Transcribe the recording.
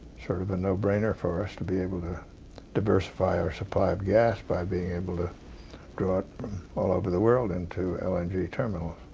sort of a no-brainer for us to be able to diversify our supply of gas by being able to draw it all over the world into l n g. terminals.